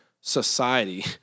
society